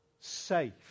safe